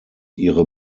ihre